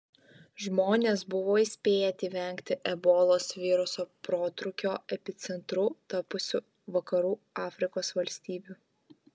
žmonės buvo įspėti vengti ebolos viruso protrūkio epicentru tapusių vakarų afrikos valstybių